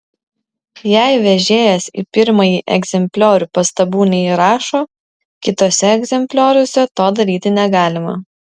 jei vežėjas į pirmąjį egzempliorių pastabų neįrašo kituose egzemplioriuose to daryti negalima